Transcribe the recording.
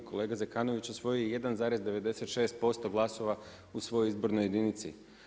Kolega Zekanović je osvojio 1,96% glasova u svojoj izbornoj jedinici.